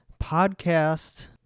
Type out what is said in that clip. Podcast